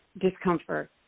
discomfort